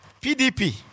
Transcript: PDP